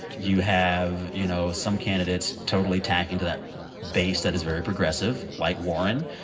you have, you know, some candidates totally tacking to that base that is very progressive, like warren.